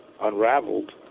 unraveled